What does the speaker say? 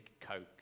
Coke